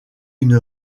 une